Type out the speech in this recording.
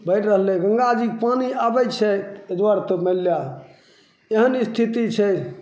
बढ़ि रहलै गङ्गाजीके पानि आबैत छै घर सब मानि लए एहन स्थिती छै